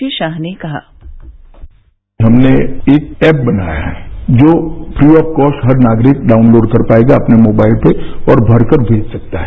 श्री शाह ने कहा हमने एक एप बनाया है जो फ्री ऑफ कॉस्ट हर नागरिक डाउनलोड कर पाएगा अपने मोबाइल पे और भरकर दे सकता है